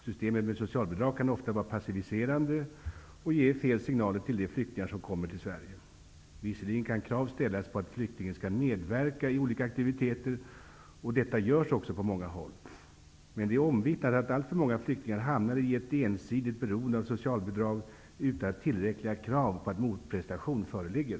Systemet med socialbidrag är ofta passiviserande och kan ge fel signaler till de flyktingar som kommer till Sverige. Visserligen kan krav ställas på att flyktingen skall medverka i olika aktiviteter, och detta görs också på många håll. Men det är omvittnat att alltför många flyktingar hamnar i ett ensidigt beroende av socialbidrag utan att tillräckliga krav på motprestation föreligger.